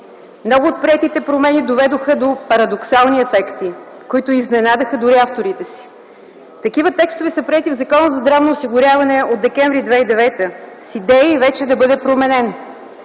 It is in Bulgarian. Много от приетите промени доведоха до парадоксални ефекти, които изненадаха дори авторите си. Такива текстове са приети в Закона за здравно осигуряване от м. декември 2009 г. с идеи вече да бъде променен;